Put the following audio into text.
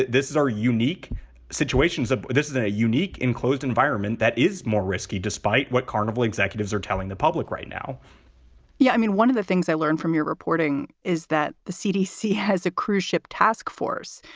this is our unique situations. this is a unique enclosed environment that is more risky, despite what carnival executives are telling the public right now yeah. i mean, one of the things i learned from your reporting is that the cdc has a cruise ship task force,